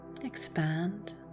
expand